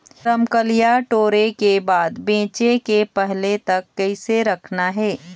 रमकलिया टोरे के बाद बेंचे के पहले तक कइसे रखना हे?